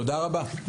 תודה רבה.